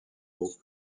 groupe